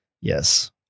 Yes